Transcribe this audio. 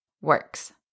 works